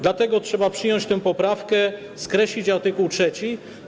Dlatego trzeba przyjąć tę poprawkę, skreślić art. 3.